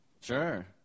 Sure